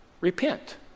Repent